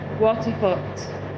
Waterfoot